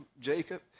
Jacob